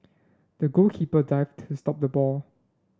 the goalkeeper dived to stop the ball